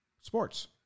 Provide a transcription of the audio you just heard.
Sports